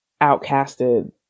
outcasted